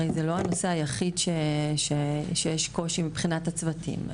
זה לא הנושא היחיד שיש קושי מבחינת הצוותים.